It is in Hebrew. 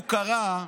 הוא קרא,